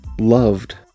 loved